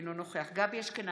אינו נוכח גבי אשכנזי,